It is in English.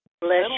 Bless